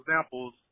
examples